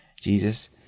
Jesus